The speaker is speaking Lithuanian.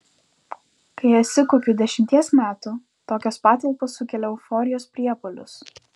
kai esi kokių dešimties metų tokios patalpos sukelia euforijos priepuolius